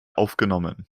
aufgenommen